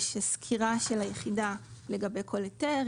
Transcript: יש סקירה של היחידה לגבי כל היתר,